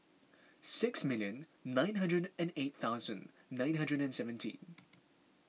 six million nine hundred and eight thousand nine hundred and seventeen